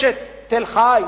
יש תל-חי,